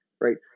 right